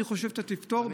אני חושב שאתה תפתור,